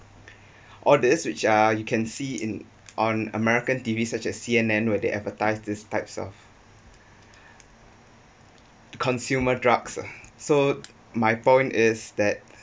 or this which are you can see in on american T_V such as C_N_N where they advertise these types of consumer drugs ah so my point is that